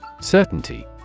Certainty